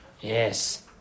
Yes